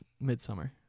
Midsummer